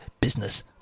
business